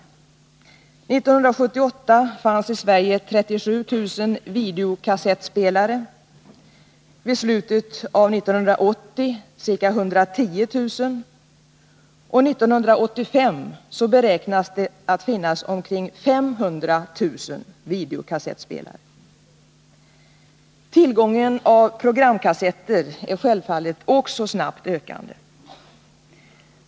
1978 fanns i Sverige 37 000 videokassettspelare, vid slutet av 1980 ca 110 000, och 1985 beräknas det finnas omkring 500 000 videokassettspelare. Tillgången på programkassetter är självfallet också snabbt ökande.